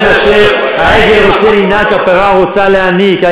יותר מאשר העגל רוצה לינוק,